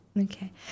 Okay